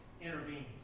intervened